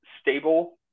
stable